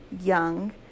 young